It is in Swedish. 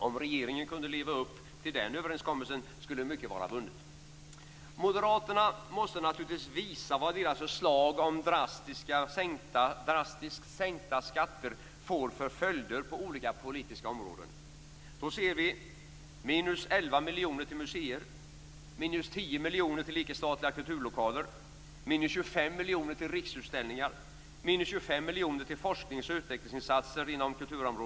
Om regeringen kunde leva upp till den överenskommelsen skulle mycket vara vunnet. Moderaterna måste naturligtvis visa vad deras förslag om drastiskt sänkta skatter får för följder på olika politiska områden.